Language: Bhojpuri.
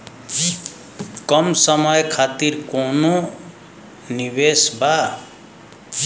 कम समय खातिर कौनो निवेश बा?